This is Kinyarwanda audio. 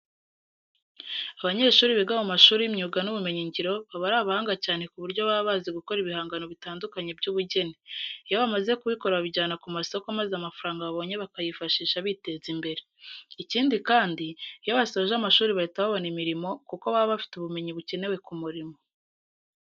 Abanyeshuri biga mu mashuri y'imyuga n'ubumenyingiro baba ari abahanga cyane ku buryo baba bazi gukora ibihangano bitandukanye by'ubugeni. Iyo bamaze kubikora babijyana ku masoko maza amafaranga babonye bakayifashisha biteza imbere. Ikindi kandi, iyo basoje amashuri bahita babona imirimo, kuko baba bafite ubumenyi bukenewe ku murimo.